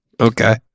Okay